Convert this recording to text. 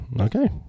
Okay